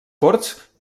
corts